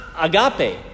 Agape